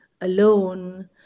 Alone